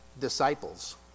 disciples